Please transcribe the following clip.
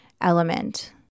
element